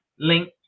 Link